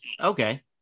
Okay